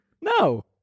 No